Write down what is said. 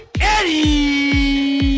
Eddie